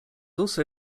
also